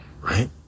right